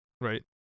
right